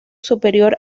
superior